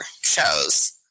shows